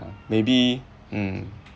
maybe mm